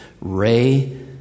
Ray